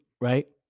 Right